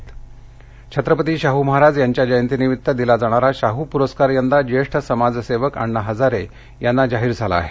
कोल्हापर छत्रपती शाह महाराज यांच्या जयंतीनिमित्त दिला जाणारा शाह प्रस्कार यंदा ज्येष्ठ समाजसेवक अण्णा हजारे यांना जाहीर झाला आहे